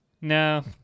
No